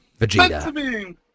Vegeta